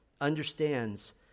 understands